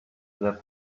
that